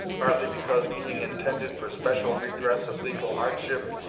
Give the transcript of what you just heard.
partly because, being intended for special redress of legal hardship,